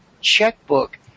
checkbook